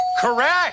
Correct